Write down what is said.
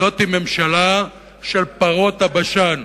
זאת ממשלה של פרות הבשן.